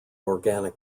organic